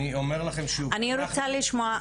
אני אומר לכם שוב --- אני רוצה לשמוע,